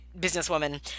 businesswoman